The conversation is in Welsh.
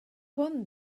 hwn